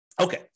Okay